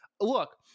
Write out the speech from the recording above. look